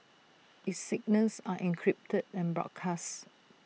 its signals are encrypted and broadcasts